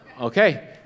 Okay